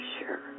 sure